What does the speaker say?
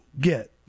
get